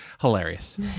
hilarious